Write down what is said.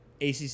ACC